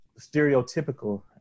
stereotypical